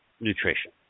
nutrition